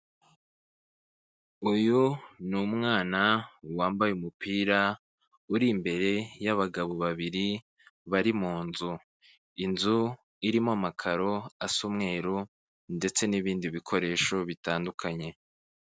Uyu ni umwana wambaye umupira uri imbere y'abagabo babiri bari mu nzu, inzu irimo amakaro asa umweru ndetse n'ibindi bikoresho bitandukanye.